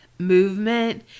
movement